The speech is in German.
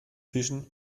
fischen